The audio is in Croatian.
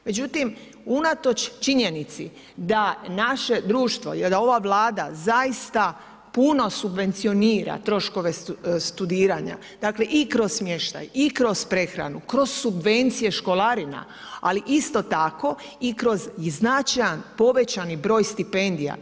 Međutim, unatoč činjenici da naše društvo, da ova vlada, zaista puno subvencionira troškove studiranja i kroz smještaj i kroz prehranu, kroz subvenciju, školarina, ali isto tako i kroz značajan povećani broj stipendija.